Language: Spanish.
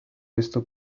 esto